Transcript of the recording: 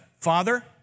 Father